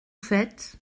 faites